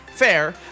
Fair